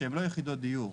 שהם לא יחידות דיור.